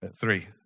Three